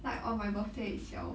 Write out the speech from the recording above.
like on my birthday itself